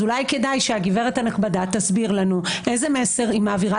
אז אולי כדאי שהגברת הנכבדה תסביר לנו איזה מסר היא מעבירה